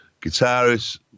guitarist